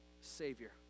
savior